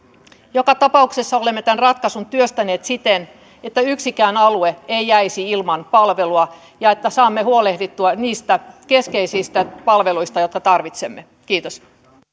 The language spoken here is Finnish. joka tapauksessa olemme tämän ratkaisun työstäneet siten että yksikään alue ei jäisi ilman palvelua ja että saamme huolehdittua niistä keskeisistä palveluista joita tarvitsemme kiitos